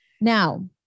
Now